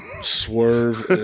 Swerve